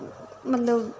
मतलब